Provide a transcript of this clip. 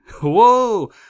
Whoa